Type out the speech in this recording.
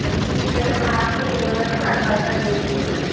तऽ ठीक छै हम आदमीके व्यवस्था कएके दै छी